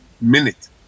minute